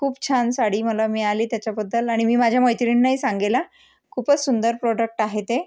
खूप छान साडी मला मिळाली त्याच्याबद्दल आणि मी माझ्या मैत्रिणीनाही सांगेल हां खूपच सुंदर प्रॉडक्ट आहे ते